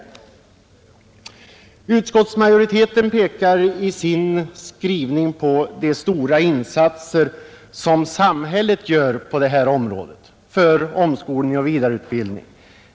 Utskottet pekar i sin skrivning på de stora insatser som samhället gör för omskolning och vidareutbildning.